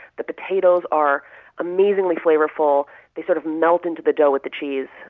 the potatoes are amazingly flavorful they sort of melt into the dough with the cheese.